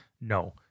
No